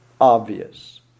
obvious